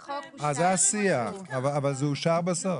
אבל זה אושר בסוף?